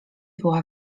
była